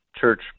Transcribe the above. church